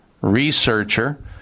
researcher